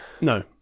No